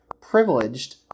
privileged